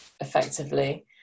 effectively